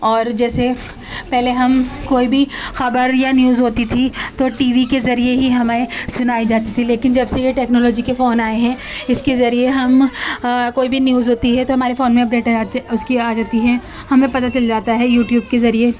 اور جیسے پہلے ہم کوئی بھی خبر یا نیوز ہوتی تھی تو ٹی وی کے ذریعے ہی ہمیں سنائی جاتی تھی لیکن جب سے یہ ٹکنالوجی کے فون آئے ہیں اس کے ذریعے ہم کوئی بھی نیوز ہوتی ہے تو ہمارے فون میں اپ ڈیٹ آ جاتی اس کی آ جاتی ہے ہمیں پتا چل جاتا ہے یوٹیوب کے ذریعے